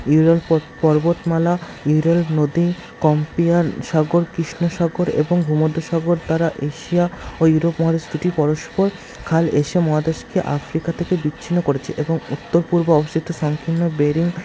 Ural পর্বতমালা Ural নদী Caspian সাগর কৃষ্ণসাগর এবং ভূমধ্যসাগর দ্বারা এশিয়া ও ইউরোপ মহাদেশ দুটি পরস্পর খাল এশিয়া মহাদেশকে আফ্রিকা থেকে বিচ্ছিন্ন করেছে এবং উত্তর পূর্ব অবস্থিত সংকীর্ণ বেরিং